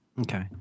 Okay